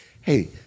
hey